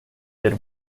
had